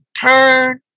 turn